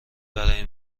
برای